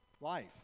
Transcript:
Life